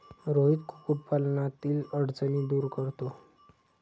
रोहित कुक्कुटपालनातील अडचणी दूर करतो